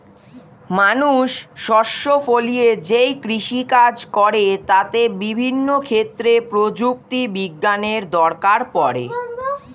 মানুষ শস্য ফলিয়ে যেই কৃষি কাজ করে তাতে বিভিন্ন ক্ষেত্রে প্রযুক্তি বিজ্ঞানের দরকার পড়ে